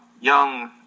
Young